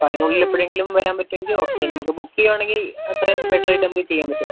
അപ്പം അതിനുള്ളിൽ എപ്പഴെങ്കിലും വരാൻ പറ്റുവെങ്കിൽ ഓക്കെ നമുക്ക് ബുക്ക് ചെയ്യുകയാണെങ്കിൽ അത്രയും ബെറ്റർ ആയിട്ട് നമുക്ക് ചെയ്യാൻ പറ്റും